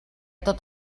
tot